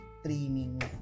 streaming